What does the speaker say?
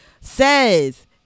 says